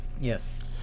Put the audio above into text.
Yes